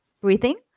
breathing